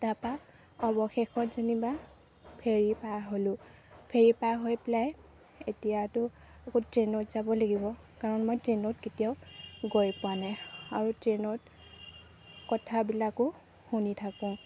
তাপা অৱশেষত যেনিবা ফেৰী পাৰ হ'লোঁ ফেৰী পাৰ হৈ পেলাই এতিয়াতো আকৌ ট্ৰেইনত যাব লাগিব কাৰণ মই ট্ৰেইনত কেতিয়াও গৈ পোৱা নাই আৰু ট্ৰেইনত কথাবিলাকো শুনি থাকোঁ